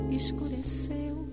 escureceu